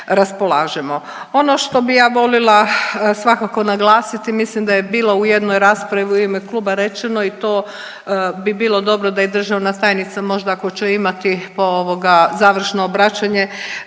Ono što bih ja volila svakako naglasiti, mislim da je bilo u jednoj raspravi u ime kluba rečeno i to bi bilo dobro da i državna tajnica možda, ako će imati, po, ovoga, završno obraćanje,